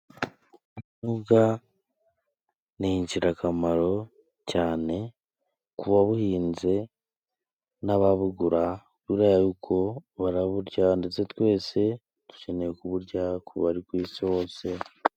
Ubunyobwa ni ingirakamaro cyane ku babuhinze n'ababugura, kubera y'uko baraburya ndetse twese dukeneye kuburya, ku bari ku isi hose.